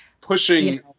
Pushing